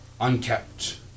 unkept